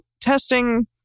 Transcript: testing